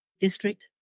District